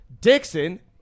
Dixon